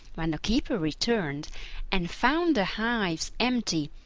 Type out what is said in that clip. when the keeper returned and found the hives empty,